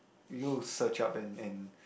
we'll search up and and